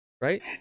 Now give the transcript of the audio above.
Right